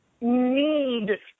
need